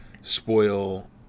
spoil